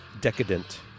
decadent